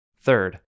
Third